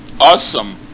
awesome